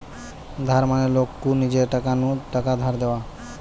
ধার মানে লোক কু নিজের টাকা নু টাকা ধার দেওয়া